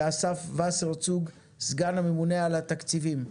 ואסף וסרצוג, סגן הממונה על התקציבים.